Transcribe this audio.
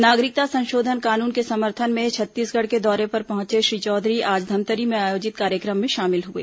नागरिकता संशोधन कानून के समर्थन में छत्तीसगढ़ के दौरे पर पहुंचे श्री चौधरी आज धमतरी में आयोजित कार्यक्रम में शामिल हुए